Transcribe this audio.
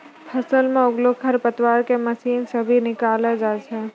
फसल मे उगलो खरपतवार के मशीन से भी निकालो जाय छै